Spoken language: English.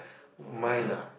mine ah